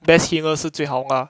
best healer 是最好吗